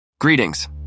Greetings